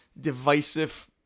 divisive